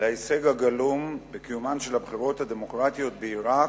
להישג הגלום בקיומן של הבחירות הדמוקרטיות בעירק,